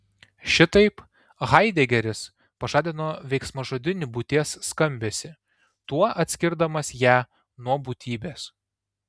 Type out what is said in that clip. šitaip haidegeris pažadino veiksmažodinį būties skambesį tuo atskirdamas ją nuo būtybės